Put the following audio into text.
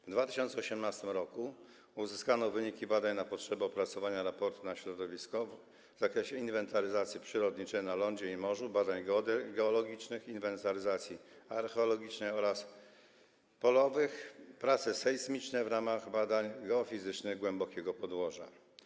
W 2018 r. uzyskano wyniki badań na potrzeby opracowania raportu o oddziaływaniu na środowisko w zakresie inwentaryzacji przyrodniczej na lądzie i morzu, badań geologicznych, inwentaryzacji archeologicznej oraz polowych prac sejsmicznych w ramach badań geofizycznych głębokiego podłoża.